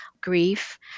grief